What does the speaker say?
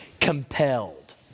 Compelled